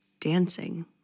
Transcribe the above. dancing